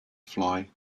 fly